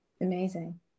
Amazing